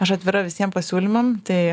aš atvira visiem pasiūlymam tai